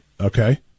Okay